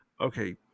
Okay